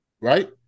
right